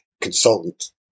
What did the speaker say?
consultant